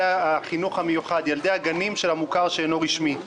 החינוך המיוחד ילדי הגנים של החינוך המוכר שאינו רשמי.